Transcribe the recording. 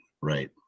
Right